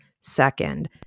second